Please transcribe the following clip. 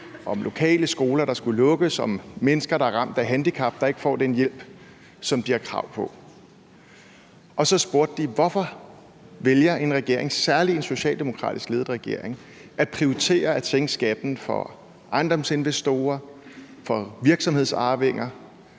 om lokale skoler, der skal lukkes, og om mennesker, der er ramt af handicap og ikke får den hjælp, som de har krav på. Og så spurgte de: Hvorfor vælger en regering, særlig en socialdemokratisk ledet regering, at prioritere at sænke skatten for ejendomsinvestorer, for virksomhedsarvinger